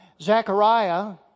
Zechariah